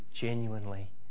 genuinely